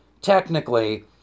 Technically